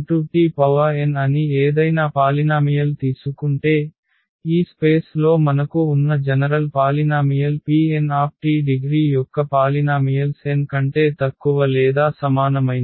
1tnఅని ఏదైనా పాలినామియల్ తీసుకుంటే ఈ స్పేస్ లో మనకు ఉన్న జనరల్ పాలినామియల్ Pnt డిగ్రీ యొక్క పాలినామియల్స్ n కంటే తక్కువ లేదా సమానమైనవి